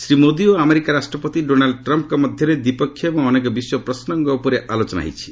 ଶ୍ରୀ ମୋଦି ଓ ଆମେରିକା ରାଷ୍ଟ୍ରପତି ଡୋନାଲ୍ଡ୍ ଟ୍ରମ୍ଙ୍କ ମଧ୍ୟରେ ଦ୍ୱିପକ୍ଷୀୟ ଏବଂ ଅନେକ ବିଶ୍ୱପ୍ରସଙ୍ଗ ଉପରେ ଆଲୋଚନା ହୋଇଛି